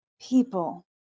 people